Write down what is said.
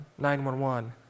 911